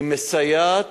היא מסייעת.